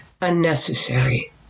unnecessary